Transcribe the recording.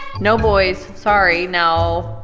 no boys, sorry, no.